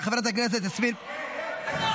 חבר הכנסת רון כץ, אינו נוכח.